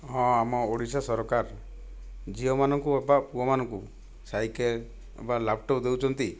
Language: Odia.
ହଁ ଆମ ଓଡ଼ିଶା ସରକାର ଝିଅମାନଙ୍କୁ ବା ପୁଅମାନଙ୍କୁ ସାଇକେଲ ବା ଲ୍ୟାପଟପ୍ ଦେଉଛନ୍ତି